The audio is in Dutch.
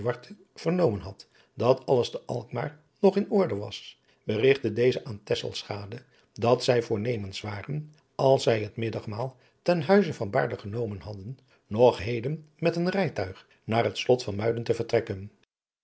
vernomen had dat alles te alkmaar nog in orde was berigtte deze aan tesselschade dat zij voornemens waren als zij het middagmaal ten huize van van baerle genomen hadden nog heden met een rijtuig naar het slot van muiden te vertrekken